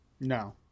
No